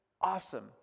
awesome